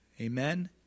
Amen